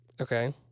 Okay